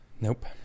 Nope